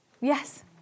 Yes